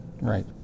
right